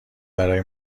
برای